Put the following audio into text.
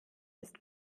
ist